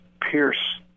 Pierce